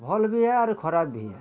ଭଲ୍ ବି ଆର୍ ଖରାପ ବି ହେଁ